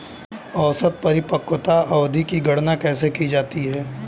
औसत परिपक्वता अवधि की गणना कैसे की जाती है?